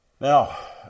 Now